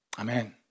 Amen